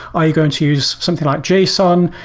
are you going to use something like json?